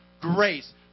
Grace